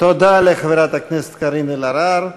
תודה לחברת הכנסת קארין אלהרר.